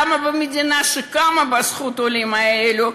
למה במדינה שקמה בזכות העולים האלה,